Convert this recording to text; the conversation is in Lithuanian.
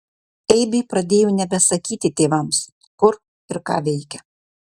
eibė pradėjo nebesakyti tėvams kur ir ką veikia